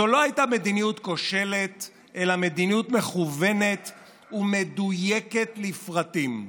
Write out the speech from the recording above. זו לא הייתה מדיניות כושלת אלא מדיניות מכוונת ומדויקת לפרטים.